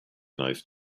nice